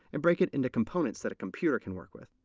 and break it into components that a computer can work with.